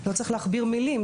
לא צריך להכביר במילים,